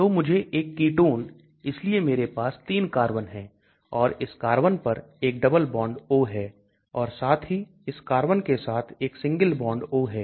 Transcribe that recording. तो मुझे एक Ketone इसलिए मेरे पास 3 कार्बन है और इस कार्बन पर एक डबल बॉन्ड O है और साथ ही इस कार्बन के साथ एक सिंगल बॉन्ड O है